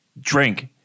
drink